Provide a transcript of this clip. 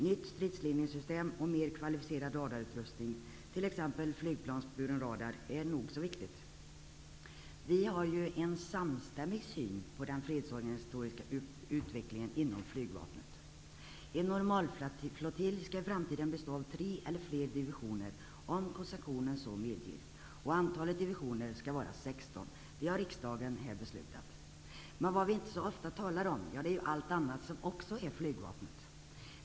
Nytt stridsledningssystem och mer kvalificerad radarutrustning, t.ex. flygplansburen radar, är nog så viktigt. Vi har en samstämmig syn på den fredsorganisatoriska utvecklingen inom flygvapnet. En normalflottilj skall i framtiden bestå av tre eller fler divisioner om koncessionen så medger, och antalet divisioner skall vara 16. Det har riksdagen beslutat. Men vad vi inte så ofta talar om är allt annat som också ingår i flygvapnet.